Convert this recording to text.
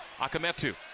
Akametu